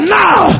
now